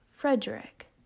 Frederick